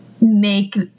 make